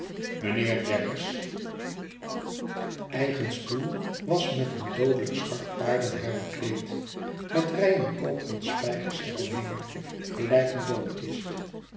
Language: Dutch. mijnheer jaggers eigen stoel was met doodelijk zwart paardenhaar bekleed met rijen koperen spijkers er omheen gelijk een